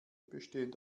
bestehen